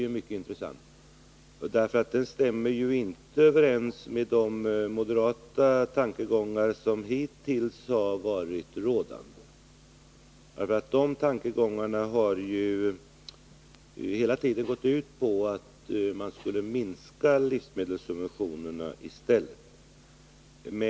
Den är mycket intressant, för den stämmer ju inte överens med de moderata tankegångar som hittills har varit rådande. De tankegångarna har hela tiden gått ut på att man i stället skulle minska livsmedelssubventionerna.